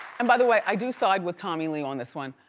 and by the way, i do side with tommy lee on this one.